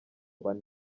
bane